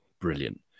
brilliant